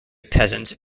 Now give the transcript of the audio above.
peasants